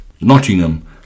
Nottingham